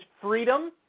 freedom